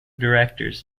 directors